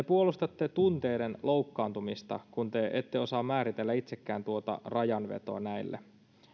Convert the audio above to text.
puolustatte tunteiden loukkaantumista kun te ette osaa määritellä itsekään tuota rajanvetoa näille